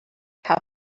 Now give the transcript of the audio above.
half